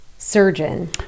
Surgeon